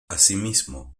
asimismo